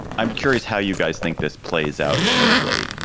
i'm curious how you guys think this plays out politically.